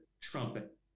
trumpet